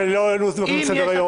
כי לא העלו דברים לסדר-היום,